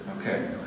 Okay